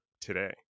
today